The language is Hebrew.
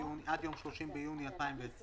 יום 30 ביוני 2020